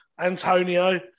Antonio